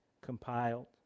compiled